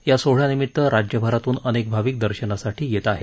या सोहळ्यानिमित राज्यभरातून अनेक भाविक दर्शनासाठी येत आहेत